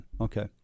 okay